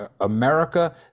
America